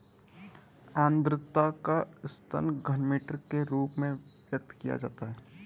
आद्रता का स्तर घनमीटर के रूप में व्यक्त किया जाता है